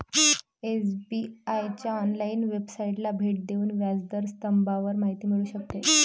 SBI च्या online वेबसाइटला भेट देऊन व्याज दर स्तंभावर माहिती मिळू शकते